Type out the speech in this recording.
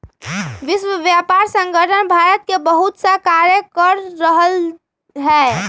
विश्व व्यापार संगठन भारत में बहुतसा कार्य कर रहले है